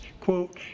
quote